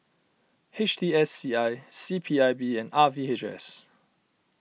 H T S C I C P I B and R V H S